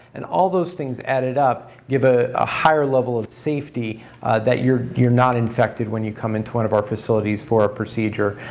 and all those things added up give ah a higher level of safety that you're you're not infected when you come into one of our facilities for a procedure.